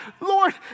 Lord